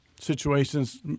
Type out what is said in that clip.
situations